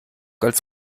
als